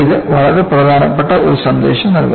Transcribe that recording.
ഇത് വളരെ പ്രധാനപ്പെട്ട ഒരു സന്ദേശം നൽകുന്നു